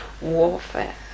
Warfare